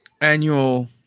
annual